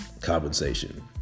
compensation